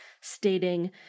stating